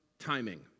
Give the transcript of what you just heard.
timing